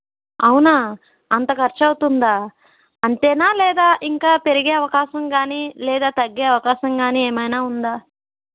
అవునా అంత ఖర్చవుతుందా అంతేనా లేదా ఇంకా పెరిగే అవకాశం కానీ లేదా తగ్గే అవకాశం కానీ ఏమైనా ఉందా